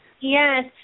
Yes